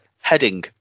Heading